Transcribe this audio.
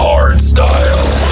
Hardstyle